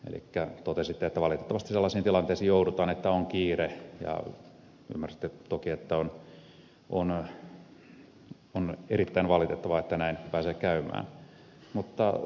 elikkä totesitte että valitettavasti sellaisiin tilanteisiin joudutaan että on kiire ja ymmärsitte toki että on erittäin valitettavaa että näin pääsee käymään